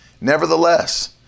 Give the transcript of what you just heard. Nevertheless